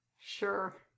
Sure